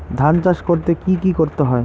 ধান চাষ করতে কি কি করতে হয়?